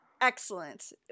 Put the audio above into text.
Excellent